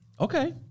Okay